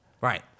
Right